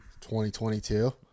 2022